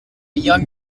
young